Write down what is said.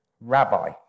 rabbi